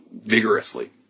vigorously